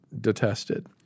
detested